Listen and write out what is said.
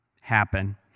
happen